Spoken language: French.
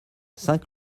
saint